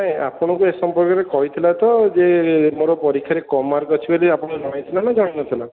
ନାଇଁ ଆପଣଙ୍କୁ ଏ ସମ୍ପର୍କରେ କହିଥିଲା ତ ଯେ ମୋର ପରୀକ୍ଷାରେ କମ୍ ମାର୍କ ଅଛି ବୋଲି ଆପଣଙ୍କୁ ଜଣେଇଥିଲା ନା ଜଣେଇନଥିଲା